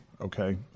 okay